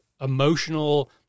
emotional